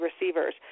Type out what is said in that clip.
receivers